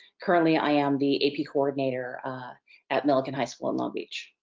currently i am the ap coordinator at millikan high school in long beach.